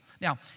Now